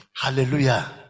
Hallelujah